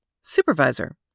Supervisor